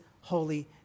holy